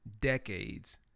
decades